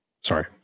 Sorry